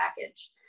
package